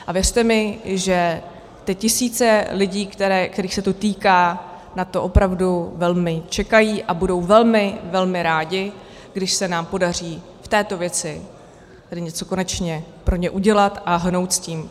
A věřte mi, že ty tisíce lidí, kterých se to týká, na to opravdu velmi čekají a budou velmi, velmi, rádi, když se nám podaří v této věci něco konečně pro ně udělat a hnout s tím.